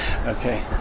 Okay